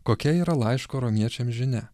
kokia yra laiško romiečiam žinia